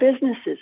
businesses